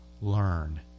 learn